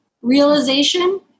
realization